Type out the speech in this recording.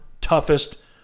toughest